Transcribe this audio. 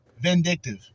vindictive